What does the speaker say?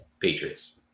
patriots